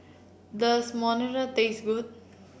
does Monsunabe taste good